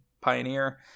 Pioneer